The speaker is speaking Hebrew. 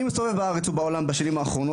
אני מסתובב בארץ ובעולם בשנים האחרונות